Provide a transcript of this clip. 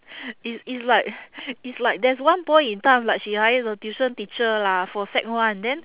is is like is like there's one point in time like she hired a tuition teacher lah for sec one then